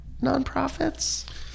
nonprofits